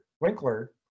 Winkler